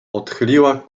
odchyliła